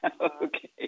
Okay